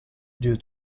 due